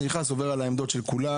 שאני נכנס אני עובר על העמדות של כולם,